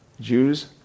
Jews